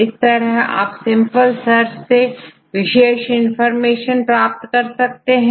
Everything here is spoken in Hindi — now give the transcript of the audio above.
इस तरह आप सिंपल सर्च से विशेष इंफॉर्मेशन प्राप्त कर सकते हैं